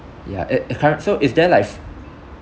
ya eh curr~ so is there like fr~